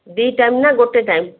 ଦୁଇ ଟାଇମ୍ନା ଗୋଟେ ଟାଇମ୍